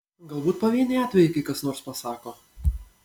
galbūt pavieniai atvejai kai kas nors pasako